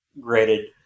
graded